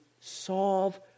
solve